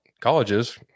colleges